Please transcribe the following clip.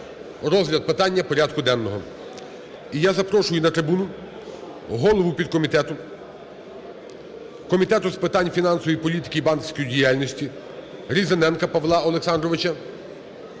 розгляд питання порядку денного. І я запрошую на трибуну голову підкомітету Комітету з питань фінансової політики і банківської діяльності Різаненка Павла Олександровича.